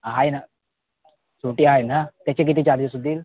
हां आहे ना सुटे आहे ना त्याचे किती चार्जेस होतील